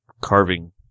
carving